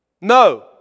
No